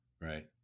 Right